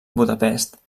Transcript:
budapest